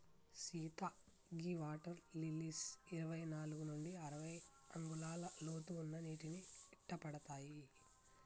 సీత గీ water lilies ఇరవై నాలుగు నుండి అరవై అంగుళాల లోతు ఉన్న నీటిని ఇట్టపడతాయి